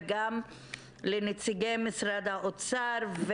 וגם לנציגי משרד האוצר,